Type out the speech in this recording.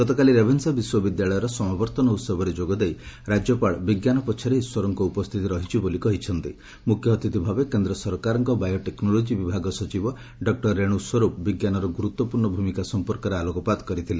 ଗତକାଲି ରେଭେନ୍ବା ବିଶ୍ୱବିଦ୍ୟାଳୟର ସମାବର୍ଭନ ଉହବରେ ଯୋଗଦେଇ ରାକ୍ୟପାଳ ବିଙ୍କାନ ପଛରେ ଈଶ୍ୱରଙ୍କ ଉପସ୍ଥିତି ରହିଛି ବୋଲି କହିଛନ୍ତି ମୁଖ୍ୟଅତିଥି ଭାବେ ବାୟୋଟେକ୍ନୋଲୋଜି ବିଭାଗ ସଚିବ ଡକ୍ଟର ରେଣୁ ସ୍ୱର୍ପ ବି ଗୁରୁତ୍ପୂର୍ଣ୍ ଭୂମିକା ସଂପର୍କରେ ଆଲୋକପାତ କରିଥିଲେ